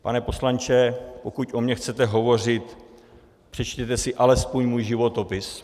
Pane poslanče, pokud o mně chcete hovořit, přečtěte si alespoň můj životopis.